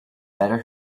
better